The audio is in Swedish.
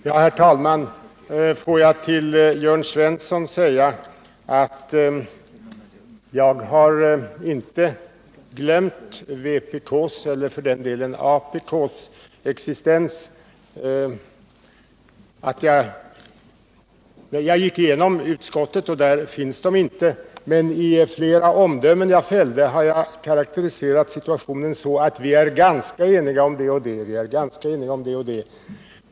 Herr talman! Låt mig säga till Jörn Svensson att jag inte har glömt vpk:s eller för den delen apk:s existens. Jag gick igenom vad som sagts av utskottet, och där finns ju inte de båda nämnda partierna med, men i flera omdömen som jag fällde karakteriserade jag situationen så att vi är ganska eniga om det och det.